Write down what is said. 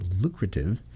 lucrative